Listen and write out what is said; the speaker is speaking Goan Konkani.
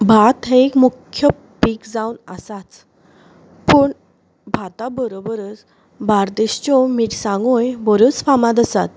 भात हे मुख्य पीक जावन आसाच पूण भाता बरोबरच बार्देसच्यो मिरसांगोय बऱ्योच फामाद आसात